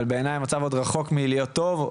אבל בעיניי המצב עוד רחוק מלהיות טוב.